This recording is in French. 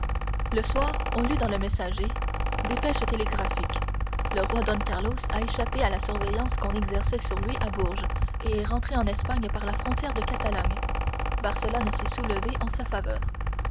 le soir on lut dans le messager dépêche télégraphique le roi don carlos a échappé à la surveillance qu'on exerçait sur lui à bourges et est rentré en espagne par la frontière de catalogne barcelone s'est soulevée en sa faveur